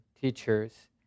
teachers